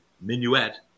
Minuet